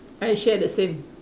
I share the same